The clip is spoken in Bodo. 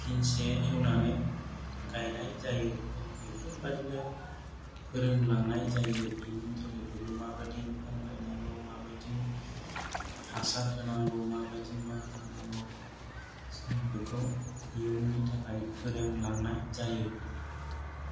फिनसे एवनानै गायनाय जायो बेफोरबायदिनो फोरोंलांनाय जायो इयुन जोलैफोरखौ माबायदि गायनांगौ माबायदि हासार होनांगौ माबायदि मा खालामनांगौ जों बेखौ इयुननि थाखाय फोरोंलांनाय जायो